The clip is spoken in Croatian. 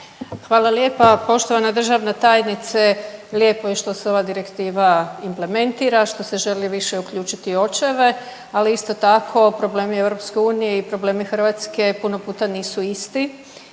Hvala lijepa. Poštovana državna tajnice lijepo je što se ova direktiva implementira, što se želi više uključiti očeve, ali isto tako problemi EU i problemi Hrvatske puno puta nisu isti